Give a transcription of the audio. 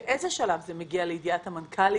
באיזה שלב זה מגיע לידי המנכ"לית?